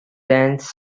dense